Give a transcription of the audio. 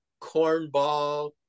cornball